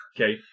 Okay